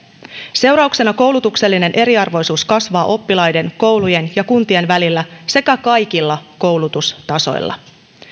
seurauksena koulutuksellinen eriarvoisuus kasvaa oppilaiden koulujen ja kuntien välillä sekä kaikilla koulutustasoilla